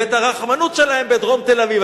ואת הרחמנות שלהם בדרום תל-אביב.